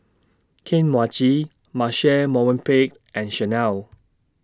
Kane Mochi Marche Movenpick and Chanel